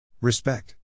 Respect